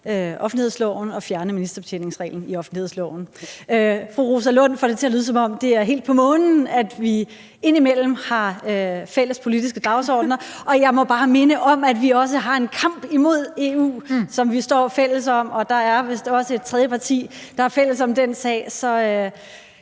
offentlighedsloven og fjerne ministerbetjeningsreglen i offentlighedsloven. Fru Rosa Lund får det til at lyde, som om det er helt på månen, at vi indimellem har fælles politiske dagsordener. Jeg må bare minde om, at vi også har en kamp imod EU, som vi også står fælles om. Der er vist også et tredje parti, der er fælles med os i den sag. Så